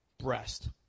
breast